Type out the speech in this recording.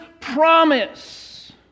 promise